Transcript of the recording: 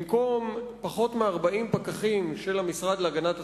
במקום פחות מ-40 פקחים של המשרד להגנת הסביבה,